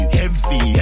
heavy